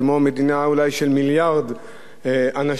כמו מדינה אולי של מיליארד אנשים,